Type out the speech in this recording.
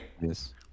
yes